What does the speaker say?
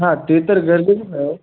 हां ते तर गरजेचंच आहे हो